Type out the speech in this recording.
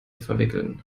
verwickeln